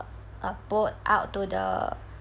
a boat out to the